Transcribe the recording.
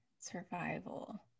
survival